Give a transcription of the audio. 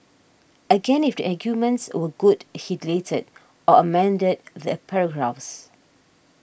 again if the arguments were good he deleted or amended the paragraphs